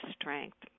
strength